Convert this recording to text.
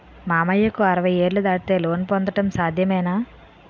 మామయ్యకు అరవై ఏళ్లు దాటితే లోన్ పొందడం సాధ్యమేనా?